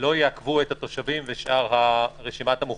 לא יעכבו את התושבים ושאר רשימת המוחרשים.